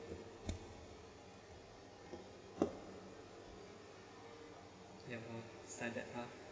ya standard ah